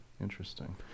Interesting